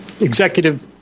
executive